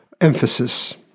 emphasis